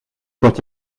but